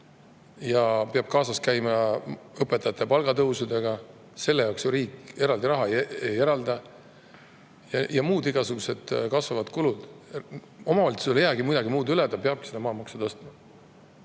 Ka peab kaasas käima õpetajate palga tõusudega. Selle jaoks ju riik eraldi raha ei eralda. Ja on muudki igasugused kasvavad kulud. Omavalitsusel ei jää midagi muud üle, ta peabki maamaksu tõstma.